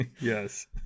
yes